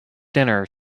dinner